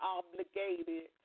obligated